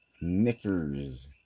Knickers